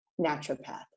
naturopath